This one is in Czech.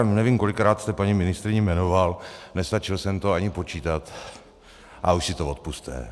Nevím, kolikrát jste paní ministryni jmenoval, nestačil jsem to ani počítat, ale už si to odpusťte.